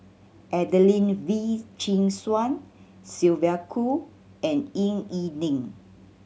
Adelene Wee Chin Suan Sylvia Kho and Ying E Ding